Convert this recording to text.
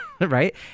right